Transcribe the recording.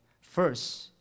first